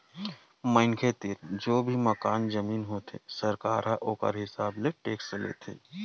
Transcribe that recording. मनखे तीर जउन भी मकान, जमीन होथे सरकार ह ओखर हिसाब ले टेक्स लेथे